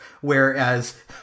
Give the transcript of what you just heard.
whereas